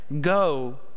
Go